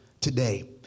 today